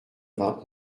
vingt